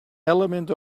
element